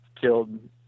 killed